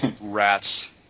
rat's